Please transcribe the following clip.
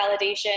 validation